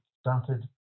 started